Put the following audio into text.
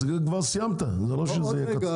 כבר סיימת זה לא שזה יהיה קצר.